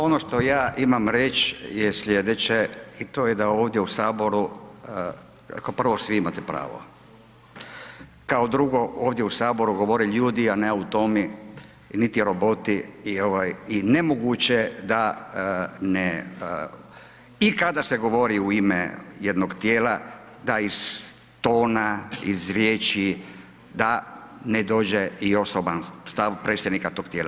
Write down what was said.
Ono što ja imam reći je slijedeće, to je da ovdje u Saboru, kao prvo svi imate pravo, kao drugo, ovdje u Saboru govore ljudi a ne automi, niti roboti i nemoguće je da ne i kada se govori u ime jednog tijela, taj tona iz riječi, da ne dođe i osoban stav predsjednik tog tijela.